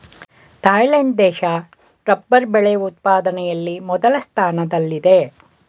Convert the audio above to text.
Thailand ದೇಶ rubber ಬೆಳೆ ಉತ್ಪಾದನೆಯಲ್ಲಿ ಮೊದಲ ಸ್ಥಾನದಲ್ಲಿದೆ